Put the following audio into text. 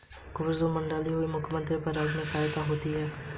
पुष्प पर मंडराती हुई मधुमक्खी परागन में सहायक होती है